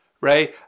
Ray